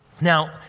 Now